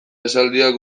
esaldiak